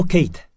Kate